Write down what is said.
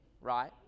right